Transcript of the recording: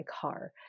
car